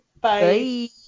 bye